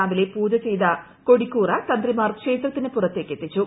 രാവിലെ പൂജ ചെയ്ത കൊടിക്കൂറ തന്ത്രിമാർ ക്ഷേത്രത്തിനു പുറത്തേക്ക് എത്തിച്ചു